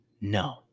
No